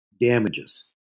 damages